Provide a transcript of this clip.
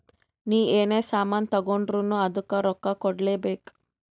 ನೀ ಎನೇ ಸಾಮಾನ್ ತಗೊಂಡುರ್ನೂ ಅದ್ದುಕ್ ರೊಕ್ಕಾ ಕೂಡ್ಲೇ ಬೇಕ್